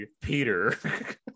Peter